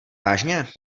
vážně